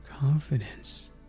confidence